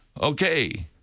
Okay